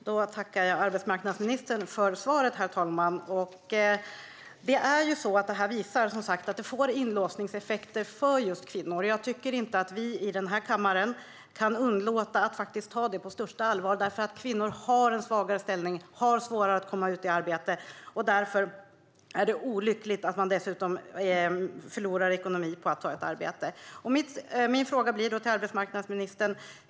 Herr talman! Jag tackar arbetsmarknadsministern för svaret. Det här får som sagt inlåsningseffekter för kvinnor. Vi i den här kammaren kan inte underlåta att ta det på största allvar. Kvinnor har en svagare ställning och har svårare att komma ut i arbete, och det är olyckligt att man dessutom förlorar ekonomiskt på att ta ett arbete.